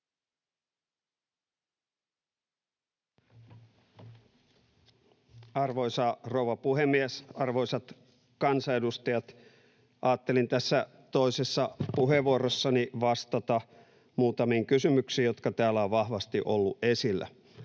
Arvoisa rouva puhemies! Arvoisat kansanedustajat! Ajattelin tässä toisessa puheenvuorossani vastata muutamiin kysymyksiin, jotka täällä ovat vahvasti olleet esillä.